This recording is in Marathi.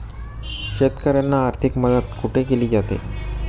शेतकऱ्यांना आर्थिक मदत कुठे केली जाते?